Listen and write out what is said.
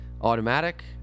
automatic